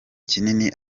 kinini